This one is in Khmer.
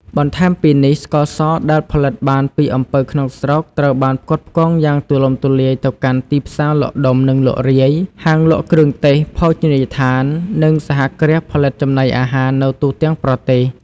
បន្ថែមពីនេះស្ករសដែលផលិតបានពីអំពៅក្នុងស្រុក ត្រូវបានផ្គត់ផ្គង់យ៉ាងទូលំទូលាយទៅកាន់ ទីផ្សារលក់ដុំ និងលក់រាយ ហាងលក់គ្រឿងទេស ភោជនីយដ្ឋាន និងសហគ្រាសផលិតចំណីអាហារនៅទូទាំងប្រទេស។